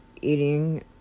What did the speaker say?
eating